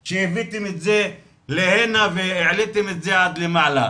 שהבאתם את זה לכאן והעליתם את זה עד למעלה,